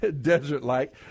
Desert-like